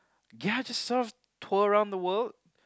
ya just sort of tour around the world